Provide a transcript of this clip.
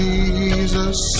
Jesus